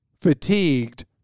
fatigued